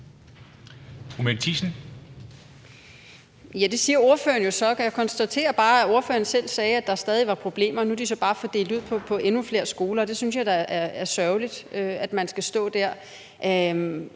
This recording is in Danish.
Ja, det siger ordføreren jo så. Jeg konstaterer bare, at ordføreren selv sagde, at der stadig var problemer, og at de nu så bare er fordelt ud på endnu flere skoler. Det synes jeg da er sørgeligt. Jeg ved også, at der